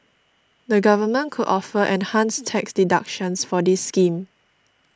the government could offer enhanced tax deductions for this scheme